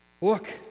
Look